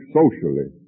socially